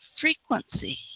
frequency